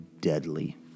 deadly